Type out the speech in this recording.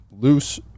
loose